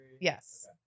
Yes